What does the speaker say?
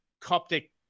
Coptic –